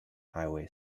highway